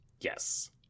Yes